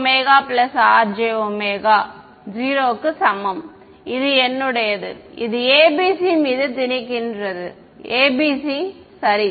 jωRjω 0 க்கு சமம் இது என்னுடையது இது ABC மீது திணிக்கின்றது ABC சரி